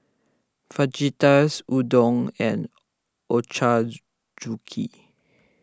Fajitas Udon and